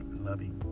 loving